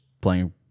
playing